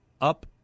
up